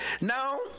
Now